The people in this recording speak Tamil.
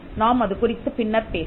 நாம் அது குறித்துப் பின்னர் பேசலாம்